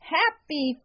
happy